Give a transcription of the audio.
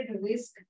risk